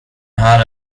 här